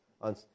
on